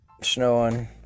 snowing